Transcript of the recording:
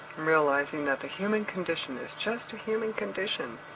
realizing that the human condition is just a human condition,